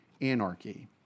anarchy